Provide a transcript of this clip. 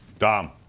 Dom